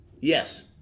Yes